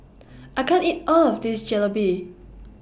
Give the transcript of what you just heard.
I can't eat All of This Jalebi